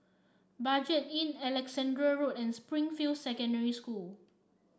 Budget Inn Alexandra Road and Springfield Secondary School